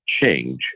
change